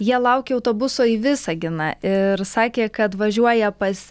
jie laukė autobuso į visaginą ir sakė kad važiuoja pas